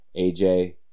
AJ